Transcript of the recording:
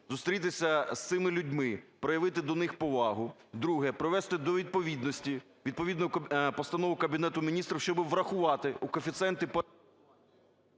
зустрітися з цими людьми, проявити до них повагу. Друге. Привести до відповідності постанову Кабінету Міністрів, щоби врахувати у коефіцієнті....